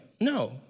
No